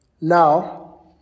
Now